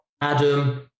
Adam